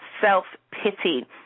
self-pity